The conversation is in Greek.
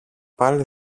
πάλι